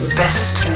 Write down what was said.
best